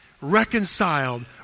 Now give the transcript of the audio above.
reconciled